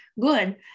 good